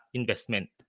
investment